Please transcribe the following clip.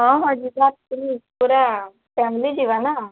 ହଁ ହଁ ଯିବା ବୁଲି ପୁରା ଫ୍ୟାମିଲି ଯିବା ନା